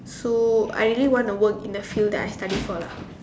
so I really want to work in a field that I study for lah